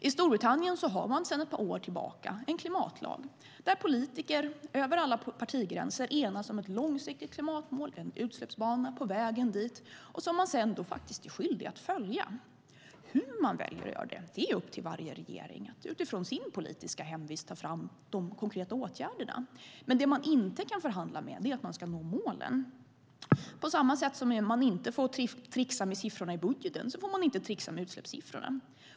I Storbritannien har man sedan ett par åt en klimatlag där politiker över alla partigränser enas om ett långsiktigt klimatmål och en utsläppsbana på vägen dit som man sedan är skyldig att följa. När det gäller hur man väljer att göra det är det upp till varje regering att utifrån sin utifrån sin politiska hemvist ta fram de konkreta åtgärderna. Det man inte kan förhandla med är att man ska nå målen. På samma sätt som man inte får tricksa med siffrorna i budgeten får man inte tricksa med utsläppssiffrorna.